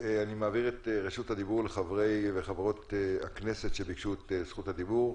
אני מעביר את רשות הדיבור לחברי וחברות הכנסת שביקשו את זכות הדיבור.